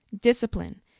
discipline